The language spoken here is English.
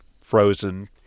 frozen